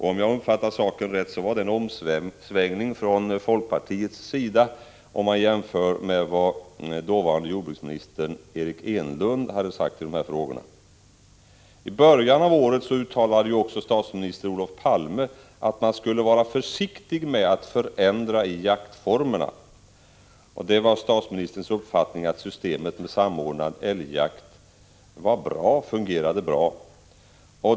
Som jag uppfattat saken var det en omsvängning från folkpartiets sida om man jämför med vad förutvarande jordbruksministern Eric Enlund sade i de här frågorna. I början av året uttalade också statsminister Olof Palme att man skulle vara försiktig med att förändra i jaktformerna. Det var statsministerns uppfattning att systemet med samordnad älgjakt fungerade bra.